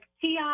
ti